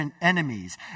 enemies